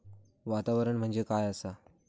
वातावरण म्हणजे काय आसा?